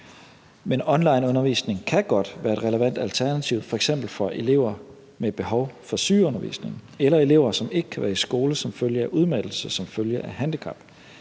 men onlineundervisning kan godt være et relevant alternativ, f.eks. for elever med et behov for sygeundervisning eller elever, som ikke kan være i skole som følge af udmattelse som følge af handicap.